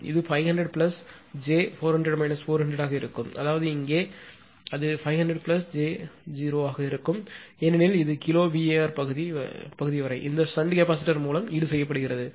இது 500j ஆக இருக்கும் அதாவது இங்கே அது 500j0 ஆக இருக்கும் ஏனெனில் இது கிலோ VAr பகுதி வரை இந்த ஷன்ட் கெபாசிட்டர் மூலம் ஈடுசெய்யப்படுகிறது